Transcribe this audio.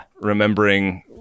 remembering